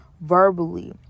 verbally